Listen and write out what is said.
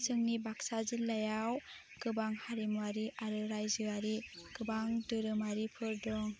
जोंनि बाक्सा जिल्लायाव गोबां हारिमुवारि आरो रायजोयारि गोबां धोरोमारिफोर दं